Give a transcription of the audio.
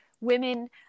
women